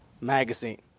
magazine